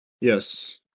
Yes